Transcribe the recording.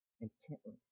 intently